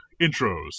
Intros